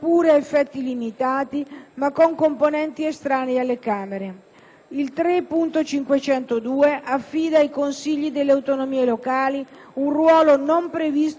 il 3.502 affida ai Consigli delle autonomie locali un ruolo non previsto dalla Costituzione (articolo 123)».